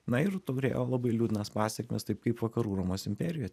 na ir turėjo labai liūdnas pasekmes taip kaip vakarų romos imperijoj